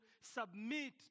submit